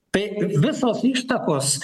tai visos ištakos